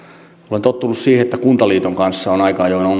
tottunut siihen että kuntaliiton kanssa on aika ajoin ongelmia